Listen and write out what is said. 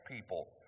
people